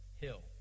Hill